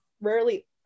rarely